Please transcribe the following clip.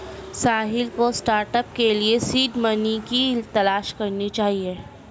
साहिल को स्टार्टअप के लिए सीड मनी की तलाश करनी चाहिए